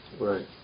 Right